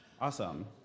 Awesome